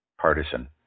partisan